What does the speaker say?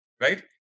right